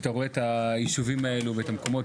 וכשאתה רואה את הישובים האלה ואת המקומות